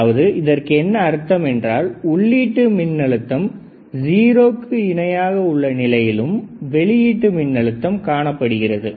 அதாவது இதற்கு என்ன அர்த்தம் என்றால் உள்ளீட்டு மின்னழுத்தம் 0 க்கு இணையாக உள்ள நிலையிலும் வெளியீட்டு மின்னழுத்தம் காணப்படுகிறது